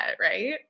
right